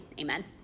Amen